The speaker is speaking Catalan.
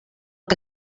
que